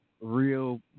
real